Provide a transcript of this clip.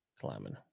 climbing